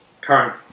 current